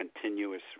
continuous